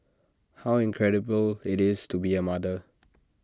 how incredible IT is to be A mother